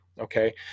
okay